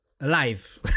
alive